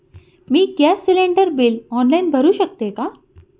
मी gas cylinder bill online भरु शकते का?